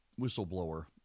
whistleblower